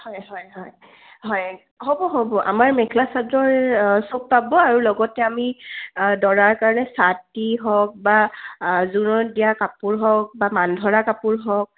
হয় হয় হয় হয় হ'ব হ'ব আমাৰ মেখেলা চাদৰ সব পাব আৰু লগতে আমি দৰাৰ কাৰণে ছাতি হওক বা জোৰোণত দিয়া কাপোৰ হওক বা মানধৰা কাপোৰ হওক